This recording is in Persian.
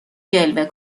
جلوه